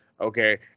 Okay